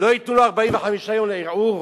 לא ייתנו לו 45 יום לערעור?